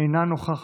אינה נוכחת,